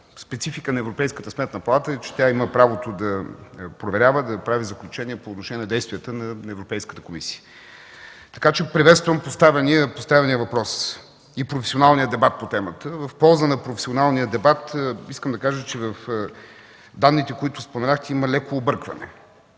спецификата на Европейската сметна палата е, че тя има правото да проверява, да прави заключения по отношение на действията на Европейската комисия. Така че приветствам поставения въпрос и професионалния дебат по темата. В полза на професионалния дебат искам да кажа, че в данните, които споменахте, има леко объркване.